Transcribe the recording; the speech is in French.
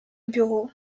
bureau